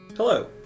Hello